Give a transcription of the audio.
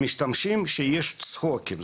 המשתמשים שיש צחוקים,